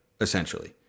essentially